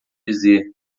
dizer